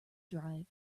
drive